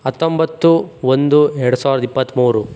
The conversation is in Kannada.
ಹತ್ತೊಂಬತ್ತು ಒಂದು ಎರಡು ಸಾವಿರದ ಇಪ್ಪತ್ತ್ಮೂರು